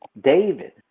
David